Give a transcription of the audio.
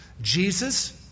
Jesus